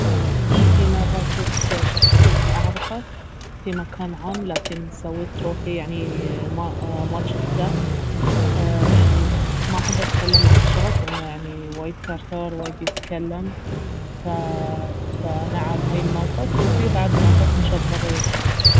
أي في مرة جفت شخص كنت اعرفه في مكان عام لكن سويت روحي يعني ما- ما جفته لاني ما احب أتكلم مع هالشخص لانه يعني وايد ثرثار وايد يتكلم ف فنعم هاي الموقف وفي بعد وايد مواقف مشابهة غير